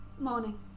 Morning